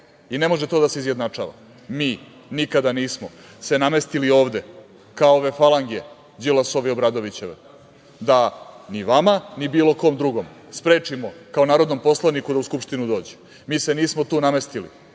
I ne može to da se izjednačava. Mi nikada nismo se namestili ovde, kao ove falange Đilasove i Obradovićeve, da ni vama ni bilo kome drugom sprečimo kao narodnom poslaniku da u Skupštinu dođe. Mi se nismo tu namestili